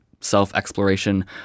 self-exploration